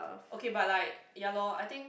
okay but like ya lor I think